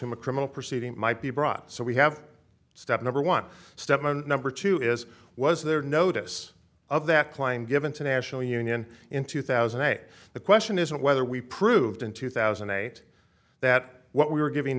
whom a criminal proceeding might be brought so we have step number one step number two is was there notice of that claim given to national union in two thousand and eight the question isn't whether we proved in two thousand and eight that what we were giving